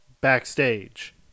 backstage